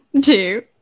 two